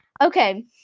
Okay